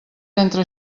entre